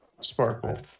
sparkle